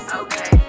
okay